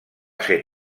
ser